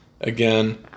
again